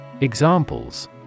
Examples